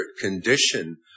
condition